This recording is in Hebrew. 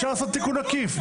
תיקון עקיף.